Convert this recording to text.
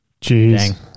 Jeez